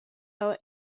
our